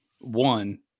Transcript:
One